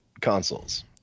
consoles